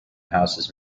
houses